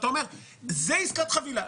אתה אומר: זה עסקת חבילה.